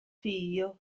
figlio